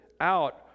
out